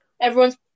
everyone's